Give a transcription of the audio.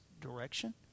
direction